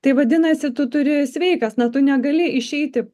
tai vadinasi tu turi sveikas na tu negali išeiti